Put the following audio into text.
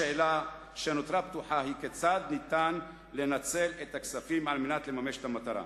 השאלה שנותרה פתוחה היא כיצד אפשר לנצל את הכספים כדי לממש את המטרה.